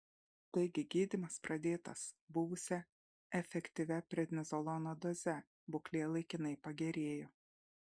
taigi gydymas pradėtas buvusia efektyvia prednizolono doze būklė laikinai pagerėjo